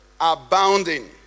abounding